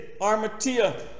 armatia